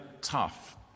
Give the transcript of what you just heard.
tough